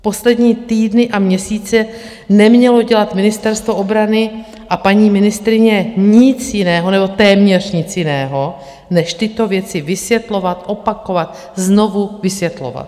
Poslední týdny a měsíce nemělo dělat Ministerstvo obrany a paní ministryně nic jiného, nebo téměř nic jiného, než tyto věci vysvětlovat, opakovat, znovu vysvětlovat.